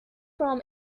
from